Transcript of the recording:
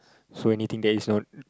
so anything that is not